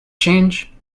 change